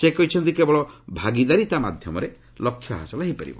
ସେ କହିଛନ୍ତି କେବଳ ଭାଗିଦାରିତା ମାଧ୍ୟମରେ ଲକ୍ଷ୍ୟ ହାସଲ ହୋଇପାରିବ